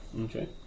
Okay